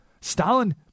Stalin